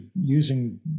using